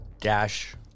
Dash